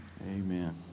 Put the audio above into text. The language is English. Amen